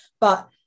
But-